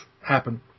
happen